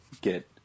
get